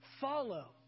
Follow